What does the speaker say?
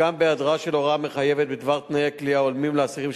גם בהיעדרה של הוראה מחייבת בדבר תנאי כליאה הולמים לאסירים שפוטים,